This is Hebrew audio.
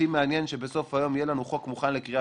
אותי מעניין שבסוף היום יהיה לנו חוק מוכן לקריאה